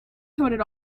coated